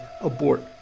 abort